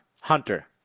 Hunter